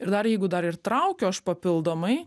ir dar jeigu dar ir traukiu aš papildomai